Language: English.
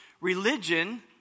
religion